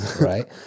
right